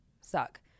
suck